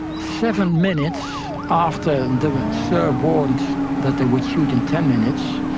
seven minutes after the serbs warned that they would shoot in ten minutes,